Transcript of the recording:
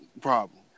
problem